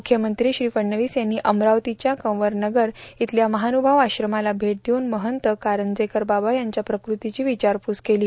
मुख्यमंत्री श्री फडणवीस यांनी अमरावतीच्या कंवरनगर इथल्या महानुभाव आश्रमाला भेट देऊन महंत कारंजेकर बाबा यांच्या प्रकृतीची विचारपूस केली